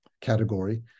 category